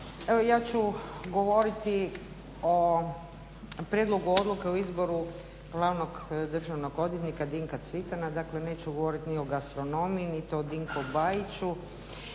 ja ću govoriti o prijedlogu Odluke o izboru glavnog državnog odvjetnika Dinka Cvitana. Dakle, neću govoriti ni o gastronomiji niti o Dinku Bajiću